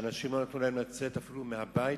שאנשים לא נתנו להם אפילו לצאת מהבית,